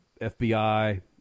FBI